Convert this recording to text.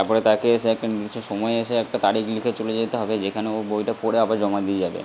তার পরে তাকে এসে একটা নির্দিষ্ট সময়ে এসে একটা তারিখ লিখে চলে যেতে হবে যেখানে ও বইটা পড়ে আবার জমা দিয়ে যাবে